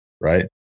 right